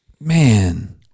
man